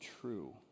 true